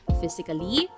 physically